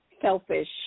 selfish